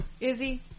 Izzy